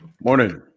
morning